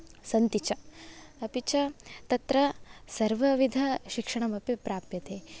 सन्ति च अपि च तत्र सर्वविधशिक्षणमपि प्राप्यते